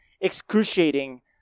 excruciating